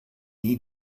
die